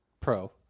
pro